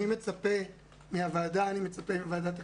אני מצפה מן הוועדה, אני מצפה מוועדת הכספים,